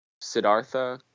Siddhartha